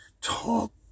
Talk